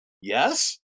yes